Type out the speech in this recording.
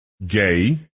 Gay